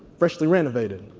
freshly renovated.